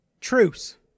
Truce